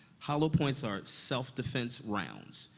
hollow points are self-defense rounds.